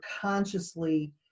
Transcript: consciously